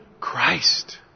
Christ